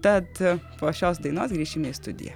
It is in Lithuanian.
tad po šios dainos grįšime į studiją